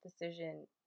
decision